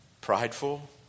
prideful